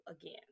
again